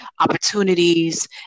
opportunities